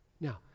Now